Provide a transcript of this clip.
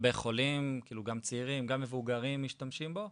הרבה חולים, גם צעירים גם מבוגרים משתמשים בו,